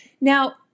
Now